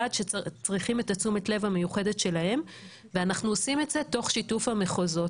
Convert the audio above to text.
את תשומת הלב המיוחדת לו ואנחנו עושים את זה תוך שיתוף המחוזות.